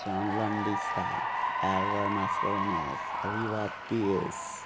Jonlan D'Sa Elroy Mascarenhas Riva Pires